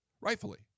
rightfully